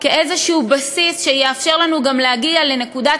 כאיזה בסיס שיאפשר לנו גם להגיע לנקודת